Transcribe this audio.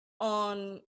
on